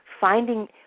Finding